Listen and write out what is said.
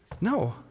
No